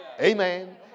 amen